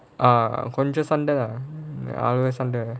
ah கொஞ்சம் சண்டை தான் அவ்ளோ சண்டை:konjam sandai thaan avlo sandai